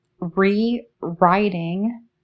Rewriting